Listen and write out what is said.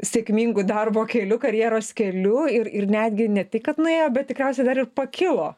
sėkmingu darbo keliu karjeros keliu ir ir netgi ne tik kad nuėjo bet tikriausiai dar ir pakilo